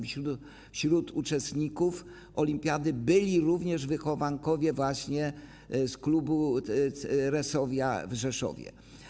Wśród uczestników olimpiady byli również wychowankowie właśnie z klubu Resovia w Rzeszowie.